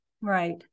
Right